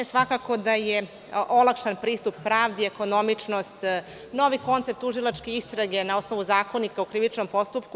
Svakako da je olakšan pristup pravdi, ekonomičnost, novi koncept tužilačke istrage na osnovu Zakonika o krivičnom postupku.